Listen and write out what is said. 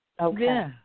Okay